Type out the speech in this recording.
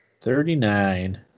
thirty-nine